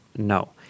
No